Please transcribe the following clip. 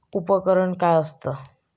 उपकरण काय असता?